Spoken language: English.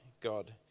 God